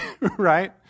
right